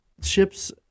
ships